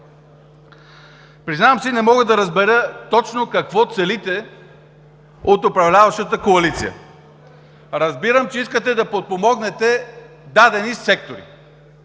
Признавам си, не мога да разбера точно какво целите от Управляващата коалиция. Разбирам, че искате да подпомогнете дадени сектори